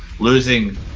losing